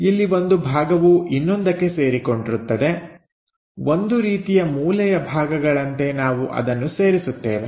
ಇಲ್ಲಿ ಒಂದು ಭಾಗವು ಇನ್ನೊಂದಕ್ಕೆ ಸೇರಿಕೊಂಡಿರುತ್ತದೆ ಒಂದು ರೀತಿಯ ಮೂಲೆಯ ಭಾಗಗಳಂತೆ ನಾವು ಅದನ್ನು ಸೇರಿಸುತ್ತೇವೆ